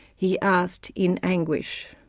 he asked, in anguish.